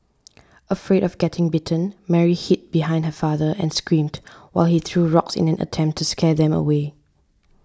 afraid of getting bitten Mary hid behind her father and screamed while he threw rocks in an attempt to scare them away